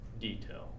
detail